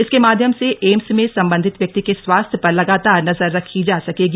इसके माध्यम से एम्स में संबंधित व्यक्ति के स्वास्थ्य पर लगातार नजर रखी जा सकेगी